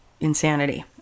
insanity